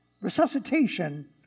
Resuscitation